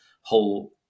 whole